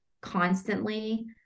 constantly